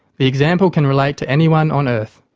the example can relate to anyone on earth.